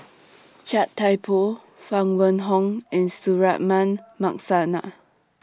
Chia Thye Poh Huang Wenhong and Suratman Markasan La